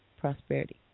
prosperity